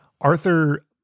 Arthur